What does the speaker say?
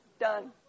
Done